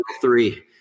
three